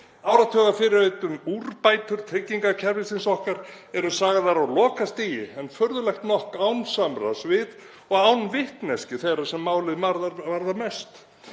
Áratugafyrirheit um úrbætur tryggingakerfisins okkar eru sagðar á lokastigi en furðulegt nokk án samráðs við og án vitneskju þeirra sem málið varðar mest.